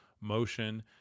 motion